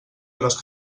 gros